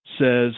says